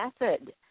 Method